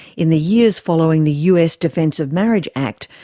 in the years following the us defence of marriage act,